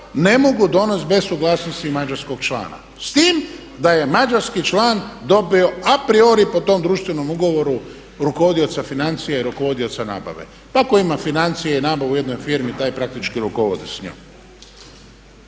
ne mogu donest bez suglasnosti mađarskog člana, s tim da je mađarski član dobio a priori po tom društvenom ugovoru rukovodioca financija i rukovodioca nabave. Pa tko ima financije i nabavu u jednoj firmi taj praktički rukovodi s njom.